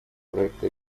проекта